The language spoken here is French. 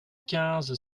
quinze